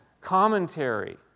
commentary